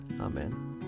Amen